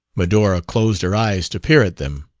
medora closed her eyes to peer at them.